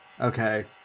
okay